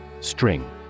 String